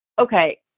okay